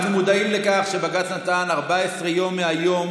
אנחנו מודעים לכך שבג"ץ נתן 14 ימים מהיום